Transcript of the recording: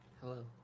Hello